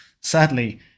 sadly